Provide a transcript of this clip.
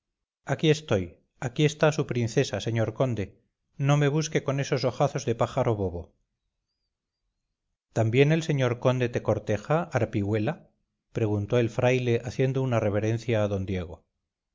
aquí estoy aquí está su princesa señor conde no me busque con esos ojazos de pájaro bobo también el señor conde te corteja harpihuela preguntó el fraile haciendo una reverencia a d diego